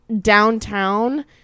downtown